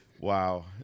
Wow